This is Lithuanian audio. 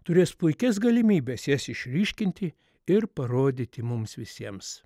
turės puikias galimybes jas išryškinti ir parodyti mums visiems